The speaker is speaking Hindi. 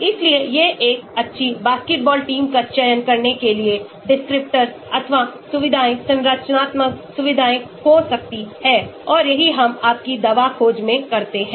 इसलिए ये एक अच्छी बास्केटबॉल टीम का चयन करने के लिए descriptors अथवा सुविधाएँ संरचनात्मक सुविधाएँ हो सकती हैं और यही हम आपकी दवा खोज में करते हैं